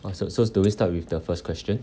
oh so so do we start with the first question